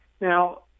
Now